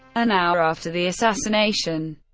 an hour after the assassination,